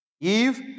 Eve